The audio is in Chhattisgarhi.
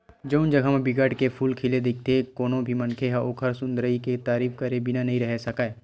जउन जघा म बिकट के फूल खिले दिखथे कोनो भी मनखे ह ओखर सुंदरई के तारीफ करे बिना नइ रहें सकय